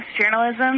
journalism